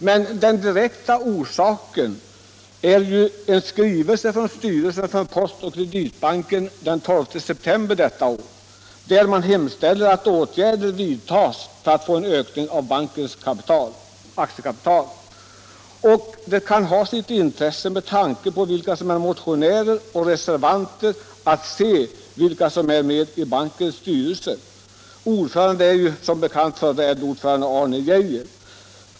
Men den direkta orsaken är ju en skrivelse från styrelsen för Postoch Kreditbanken den 12 september i år, där man hemställer att åtgärder vidtas för att få en ökning av bankens aktiekapital. Det kan ha sitt intresse, med tanke på vilka som är motionärer och reservanter, att se vilka som är med i bankens styrelse. Ordförande är som bekant förre LO-ordföranden Arne Geijer.